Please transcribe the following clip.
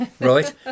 right